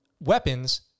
weapons